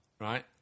right